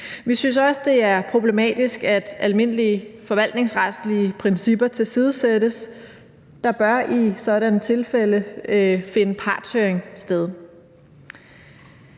Vi synes også, det er problematisk, at almindelige forvaltningsretlige principper tilsidesættes. Der bør i sådanne tilfælde finde en partshøring sted.